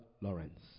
Lawrence